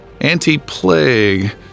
Anti-plague